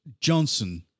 Johnson